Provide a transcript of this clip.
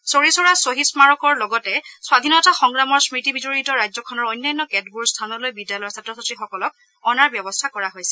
চৌৰি চৌৰাৰ শ্বহীদ স্মাৰকৰ লগতে স্বাধীনতা সংগ্ৰামৰ স্মতিবিজড়িত ৰাজ্যখনৰ অন্যান্য কেতবোৰ স্থানলৈ বিদ্যালয়ৰ ছাত্ৰ ছাত্ৰীসকলক অনাৰ ব্যৱস্থা কৰা হৈছে